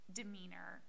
demeanor